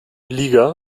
liga